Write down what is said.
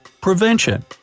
Prevention